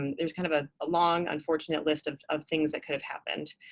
and there's kind of ah a long, unfortunate list of of things that could have happened.